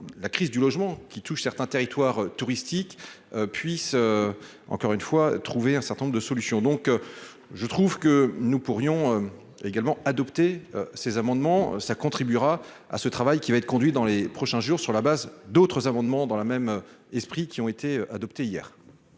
la crise du logement qui touche certains territoires touristiques puisse encore une fois trouver un certain nombre de solutions, donc je trouve que nous pourrions également adopter ces amendements ça contribuera à ce travail qui va être conduit dans les prochains jours, sur la base d'autres amendements dans la même esprit qui ont été adoptées hier.